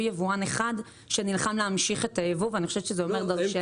יבואן אחד שנלחם להמשיך את הייבוא ואני חושבת שזה אומר דרשני.